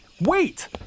wait